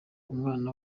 umwana